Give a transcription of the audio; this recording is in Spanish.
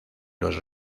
los